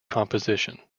composition